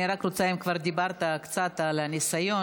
אני רק רוצה, אם כבר דיברת קצת על הניסיון,